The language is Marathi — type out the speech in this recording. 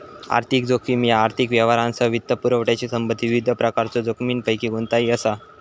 आर्थिक जोखीम ह्या आर्थिक व्यवहारांसह वित्तपुरवठ्याशी संबंधित विविध प्रकारच्यो जोखमींपैकी कोणताही असा